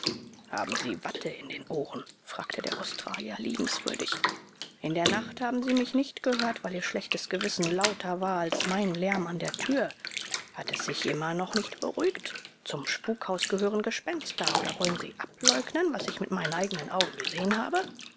haben sie watte in den ohren fragte der australier liebenswürdig in der nacht haben sie mich nicht gehört weil ihr schlechtes gewissen lauter war als mein lärm an der tür hat es sich immer noch nicht beruhigt zum spukhaus gehören gespenster oder wollen sie ableugnen was ich mit meinen eigenen augen gesehen habe